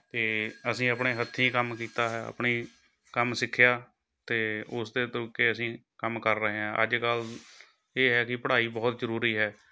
ਅਤੇ ਅਸੀਂ ਆਪਣੇ ਹੱਥੀਂ ਕੰਮ ਕੀਤਾ ਹੈ ਆਪਣੀ ਕੰਮ ਸਿੱਖਿਆ ਅਤੇ ਉਸਦੇ ਦੁੱਬਕੇ ਅਸੀਂ ਕੰਮ ਕਰ ਰਹੇ ਹਾਂ ਅੱਜ ਕੱਲ੍ਹ ਇਹ ਹੈ ਕਿ ਪੜ੍ਹਾਈ ਬਹੁਤ ਜ਼ਰੂਰੀ ਹੈ